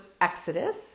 Exodus